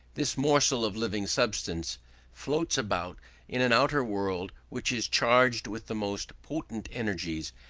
this morsel of living substance floats about in an outer world which is charged with the most potent energies,